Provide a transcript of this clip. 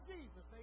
Jesus